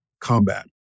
combat